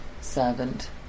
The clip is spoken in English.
servant